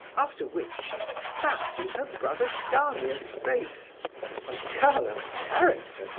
after which she spat in her brother gania's face a girl of character,